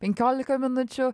penkiolika minučių